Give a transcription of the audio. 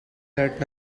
that